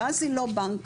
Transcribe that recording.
ואז היא לא בנק.